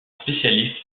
spécialiste